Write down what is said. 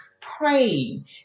praying